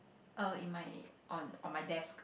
err in my on on my desk